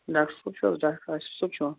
doctor صٲب چھُو حظ ڈاکڑ عاشِق صٲب چھُوا